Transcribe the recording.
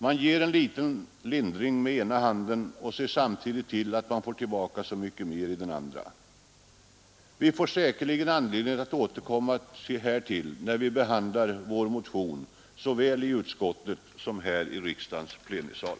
Man ger en liten lindring med ena handen och ser samtidigt till, att man får tillbaka så mycket mera i den andra. Vi får säkerligen anledning att återkomma härtill vid behandlingen av vår motion såväl i utskottet som här i riksdagens plenisal.